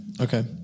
okay